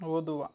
ಓದುವ